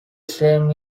same